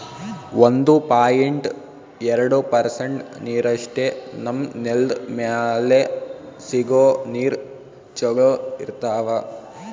ಒಂದು ಪಾಯಿಂಟ್ ಎರಡು ಪರ್ಸೆಂಟ್ ನೀರಷ್ಟೇ ನಮ್ಮ್ ನೆಲ್ದ್ ಮ್ಯಾಲೆ ಸಿಗೋ ನೀರ್ ಚೊಲೋ ಇರ್ತಾವ